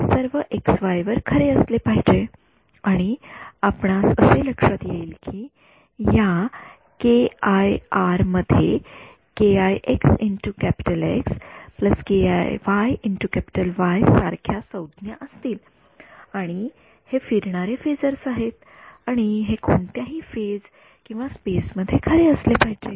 तर हे सर्व एक्सवाई खरे असले पाहिजे आणि आपणास असे लक्षात येईल की या मध्ये सारख्या संज्ञा असतील आणि हे फिरणारे फेजर्सआहेत आणि हे कोणत्याही फेज किंवा स्पेस मध्ये खरे असले पाहिजे